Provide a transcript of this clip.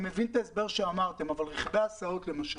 אני מבין את ההסבר שנתתם, אבל רכבי הסעות, למשל,